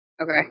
Okay